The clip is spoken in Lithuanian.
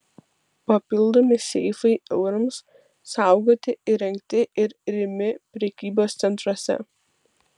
papildomi seifai eurams saugoti įrengti ir rimi prekybos centruose